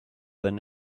than